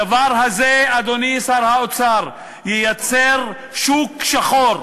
הדבר הזה, אדוני שר האוצר, ייצר שוק שחור,